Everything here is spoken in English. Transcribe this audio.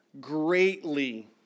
greatly